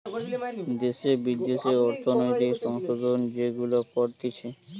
দ্যাশে বিদ্যাশে অর্থনৈতিক সংশোধন যেগুলা করতিছে